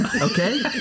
Okay